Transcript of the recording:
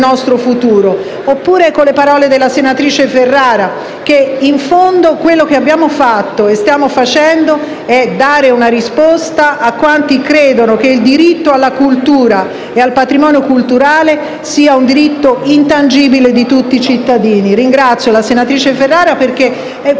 nostro futuro. Usando le parole della senatrice Ferrara, possiamo dire che, in fondo, quello che abbiamo fatto e stiamo facendo è dare una risposta a quanti credono che il diritto alla cultura e al patrimonio culturale sia un diritto intangibile di tutti i cittadini. Ringrazio quindi la senatrice Ferrara perché